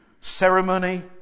Ceremony